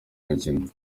mukino